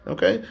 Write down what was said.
Okay